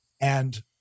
And-